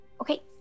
Okay